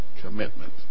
commitment